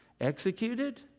executed